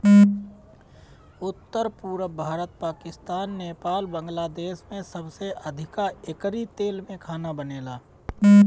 उत्तर, पुरब भारत, पाकिस्तान, नेपाल, बांग्लादेश में सबसे अधिका एकरी तेल में खाना बनेला